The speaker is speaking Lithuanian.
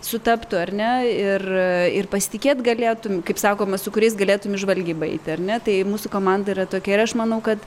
sutaptų ar ne ir ir pasitikėt galėtum kaip sakoma su kuriais galėtum į žvalgybą eiti ar ne tai mūsų komanda yra tokia ir aš manau kad